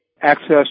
access